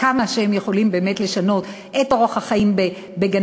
וכמה הם יכולים באמת לשנות את אורח החיים בגני-הילדים,